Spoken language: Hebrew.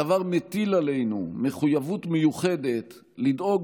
הדבר מטיל עלינו מחויבות מיוחדת לדאוג